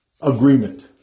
agreement